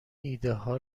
ایدهها